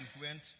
went